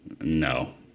no